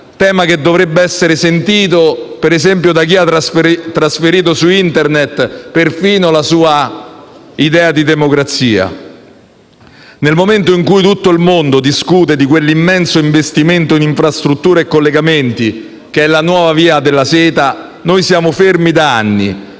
tema che dovrebbe essere sentito, per esempio, da chi ha trasferito su Internet perfino la sua idea di democrazia. Nel momento in cui tutto il mondo discute di quell'immenso investimento in infrastrutture e collegamenti, che è la nuova via della seta, noi siamo fermi da anni.